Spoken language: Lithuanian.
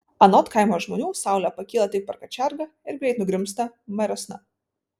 anot kaimo žmonių saulė pakyla tik per kačergą ir greit nugrimzta mariosna